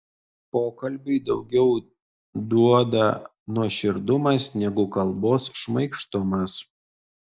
pokalbiui daugiau duoda nuoširdumas negu kalbos šmaikštumas